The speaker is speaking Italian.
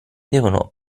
devono